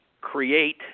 create